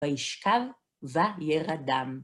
וישכב וירדם.